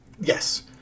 Yes